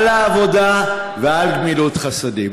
על העבודה ועל גמילות חסדים.